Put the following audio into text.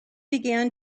began